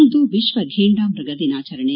ಇಂದು ವಿಶ್ವ ಘೇಂಡಾಮೃಗ ದಿನಾಚರಣೆ